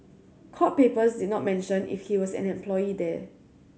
court papers did not mention if he was an employee there